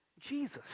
Jesus